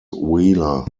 wheeler